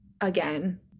again